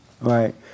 Right